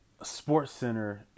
SportsCenter